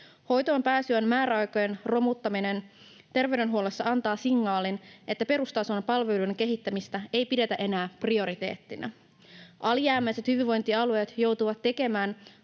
Hoitoonpääsyn määräaikojen romuttaminen terveydenhuollossa antaa signaalin, että perustason palveluiden kehittämistä ei pidetä enää prioriteettina. Alijäämäiset hyvinvointialueet joutuvat tekemään